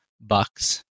bucks